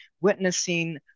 Witnessing